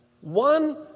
One